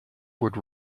would